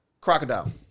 Crocodile